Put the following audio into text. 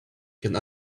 can